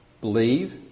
believe